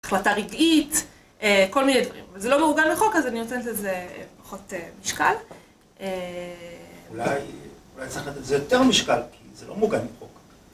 החלטה רגעית, כל מיני דברים. זה לא מעוגן בחוק, אז אני רוצה לתת איזה פחות משקל. אולי צריך לתת איזה יותר משקל, כי זה לא מעוגן...